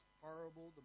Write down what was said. horrible